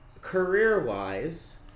career-wise